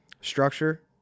structure